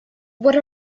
what